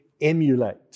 emulate